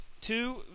Two